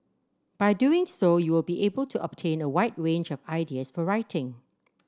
by doing so you will be able to obtain a wide range of ideas for writing